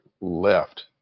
left